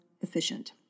efficient